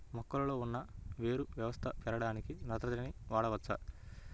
మొక్కలో ఉన్న వేరు వ్యవస్థ పెరగడానికి నత్రజని వాడవచ్చా?